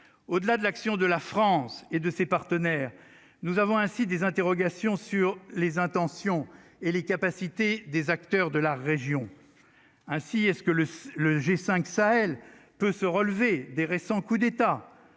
au-delà de l'action de la France et de ses partenaires, nous avons ainsi des interrogations sur les intentions et les capacités des acteurs de la région, ainsi, est ce que le le G5 Sahel peut se relever des récents coups d'État,